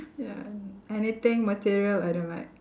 ya anything material I don't like